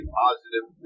positive